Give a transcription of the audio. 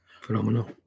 Phenomenal